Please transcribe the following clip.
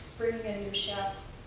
bringing in new chefs,